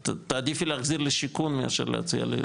את תעדיפי להחזיר לשיכון מאשר להציע לקשיש.